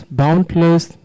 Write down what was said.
boundless